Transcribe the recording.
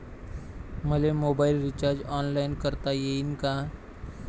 मले mobile recharge online करता येईन का?